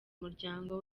umuryango